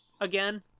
Again